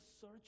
search